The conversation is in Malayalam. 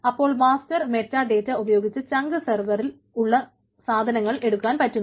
അപ്പോൾ മാസ്റ്റർ മെറ്റാഡേറ്റ ഉപയോഗിച്ച് ചങ്ക് സർവറിൽ ഉള്ള സാധനങ്ങൾ എടുക്കാൻ പറ്റുന്നു